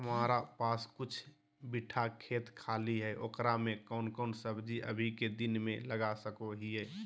हमारा पास कुछ बिठा खेत खाली है ओकरा में कौन कौन सब्जी अभी के दिन में लगा सको हियय?